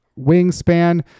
wingspan